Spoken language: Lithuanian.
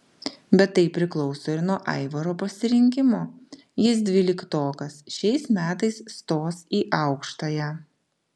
bet tai priklauso ir nuo aivaro pasirinkimo jis dvyliktokas šiais metais stos į aukštąją